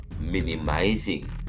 minimizing